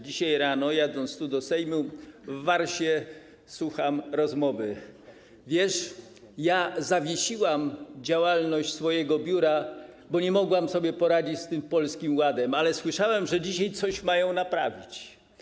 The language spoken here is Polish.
Dzisiaj rano, jadąc tu, do Sejmu, w Warsie słuchałem rozmowy: Wiesz, ja zawiesiłam działalność swojego biura, bo nie mogłam sobie poradzić z tym Polskim Ładem, ale słyszałam, że dzisiaj coś mają naprawić.